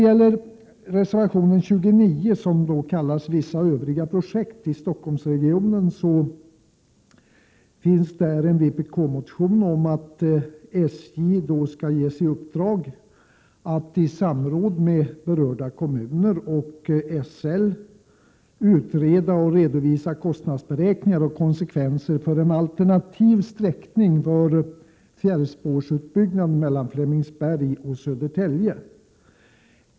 I reservation 29, som rubricerats Vissa övriga projekt i Stockholmsregionen, hänvisas till en vpk-motion om att SJ skall ges i uppdrag att i samråd med berörda kommuner och SL utreda och redovisa kostnadsberäkningar och konsekvenser för en alternativ sträckning för fjärrspårsutbyggnaden mellan Flemingsberg och Södertälje.